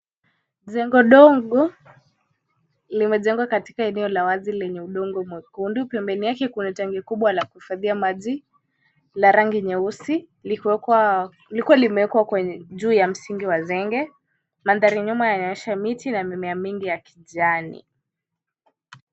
Jengo dogo, limejengwa katika eneo la wazi lenye udongo mwekundu. Pembeni yake kuna tangi kubwa la kufadhia maji, la rangi nyeusi, likiwekwa likiwa limewekwa kwenye juu ya msingi wa zenge. Mandhari ya nyuma yaonyesha miti na mimea mingi ya kijani.